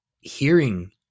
hearing